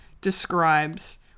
describes